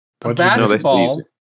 basketball